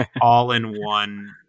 all-in-one